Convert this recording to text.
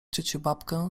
ciuciubabkę